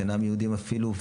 יהודים ושאינם יהודים אפילו,